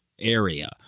area